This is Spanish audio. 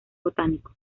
botánico